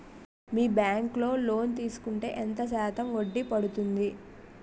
మీ bank లో loan తీసుకుంటే ఎంత శాతం వడ్డీ పడ్తుంది?